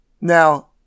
Now